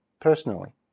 personally